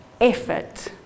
effort